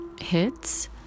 hits